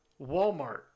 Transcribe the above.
Walmart